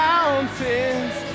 Mountains